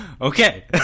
okay